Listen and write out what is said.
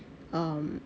um